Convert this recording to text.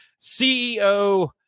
ceo